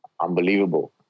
unbelievable